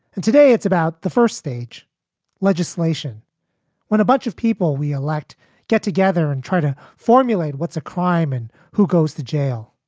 and today, it's about the first stage legislation when a bunch of people we elect get together and try to formulate what's a crime and who goes to jail.